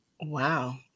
Wow